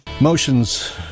Motions